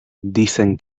dicen